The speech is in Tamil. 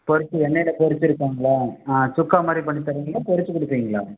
பொரித்து எண்ணெயில் பொரித்திருப்பாங்களா சுக்கா மாதிரி பண்ணி தருவீங்களா பொரித்து கொடுப்பீங்களா